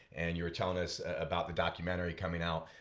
and you were telling us about the documentary coming out,